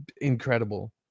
Incredible